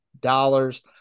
dollars